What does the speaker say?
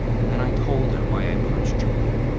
and then i told her why i punched julian.